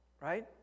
right